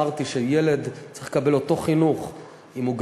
אמרתי שילד צריך לקבל את אותו חינוך אם הוא